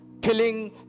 killing